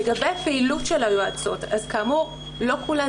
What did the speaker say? לגבי פעילות של היועצות כאמור לא כולן